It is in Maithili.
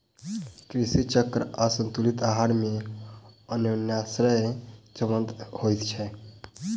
कृषि चक्र आसंतुलित आहार मे अन्योनाश्रय संबंध होइत छै